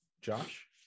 Josh